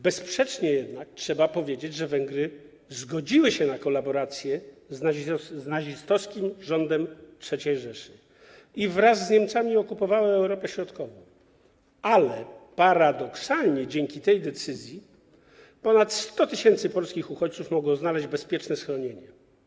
Bezsprzecznie jednak trzeba powiedzieć, że Węgry zgodziły się na kolaborację z nazistowskim rządem III Rzeszy i wraz z Niemcami okupowały Europę Środkową, ale, paradoksalnie, dzięki tej decyzji ponad 100 tys. polskich uchodźców mogło znaleźć bezpieczne schronienie.